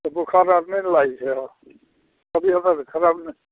तऽ बोखार आर नहि ने लागै छै आब अभी हमरा तऽ खराब नहि